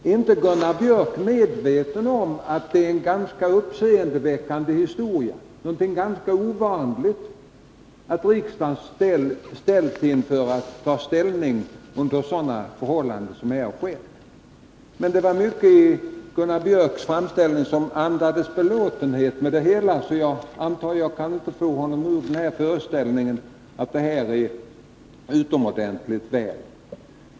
Är inte Gunnar Björk medveten om att det är en ganska uppseendeväckande historia, någonting ganska ovanligt, att riksdagen ställs inför att ta ställning, under sådana förhållanden som här har skett? Men det var mycket i Gunnar Björks framställning som andades belåtenhet med det hela, så jag antar att jag inte kan ta honom ur den föreställningen att frågan handlagts utomordentligt väl.